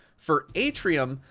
for atrium,